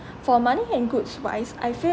for money and goods wise I feel